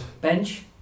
Bench